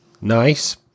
Nice